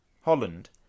Holland